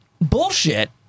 bullshit